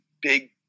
big